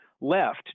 left